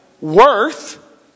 Worth